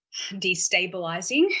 destabilizing